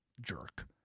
jerk